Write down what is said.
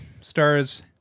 stars